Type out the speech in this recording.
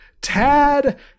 Tad